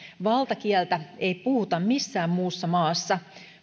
valtakieltä ei puhuta missään muussa maassa